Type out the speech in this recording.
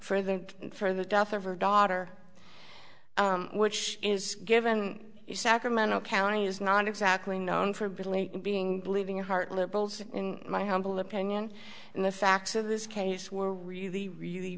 for the for the death of her daughter which is given sacramento county is not exactly known for being late and being bleeding heart liberals in my humble opinion and the facts of this case were really really